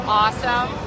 awesome